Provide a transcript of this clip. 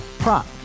Prop